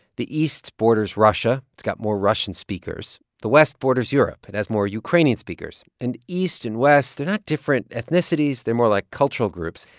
the east borders russia. it's got more russian speakers. the west borders europe. it has more ukrainian speakers. and east and west they're not different ethnicities. they're more like cultural groups.